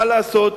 מה לעשות.